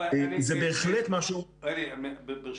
רלי, ברשותך.